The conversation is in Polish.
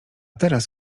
teraz